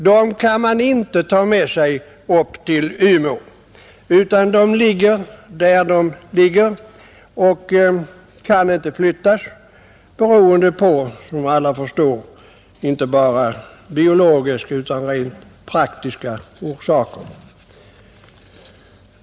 Dem kan man inte ta med sig upp till Umeå, utan de ligger där de ligger, beroende på, som alla förstår, inte bara biologiska utan rent praktiska orsaker.